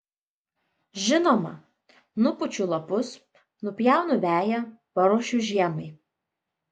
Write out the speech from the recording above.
žinoma nupučiu lapus nupjaunu veją paruošiu žiemai